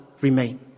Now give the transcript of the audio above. remain